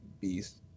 Beast